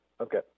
Okay